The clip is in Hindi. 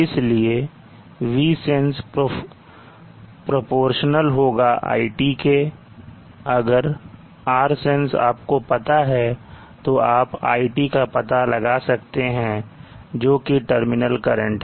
इसलिए Vsense प्रोपोर्शनल होगा iT के अगर Rsenseआपको पता है तो आप IT का पता लगा सकते हैं जो कि टर्मिनल करंट है